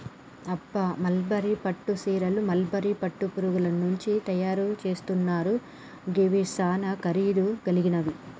అబ్బ మల్బరీ పట్టు సీరలు మల్బరీ పట్టు పురుగుల నుంచి తయరు సేస్తున్నారు గివి సానా ఖరీదు గలిగినవి